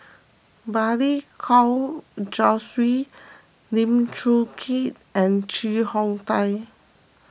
Balli Kaur Jaswal Lim Chong Keat and Chee Hong Tat